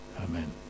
Amen